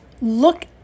look